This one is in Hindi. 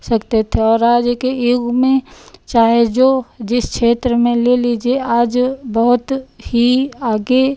सकते थे और आज के युग में चाहे जो जिस क्षेत्र में ले लीजिए आज बहुत ही आगे